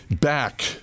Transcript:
Back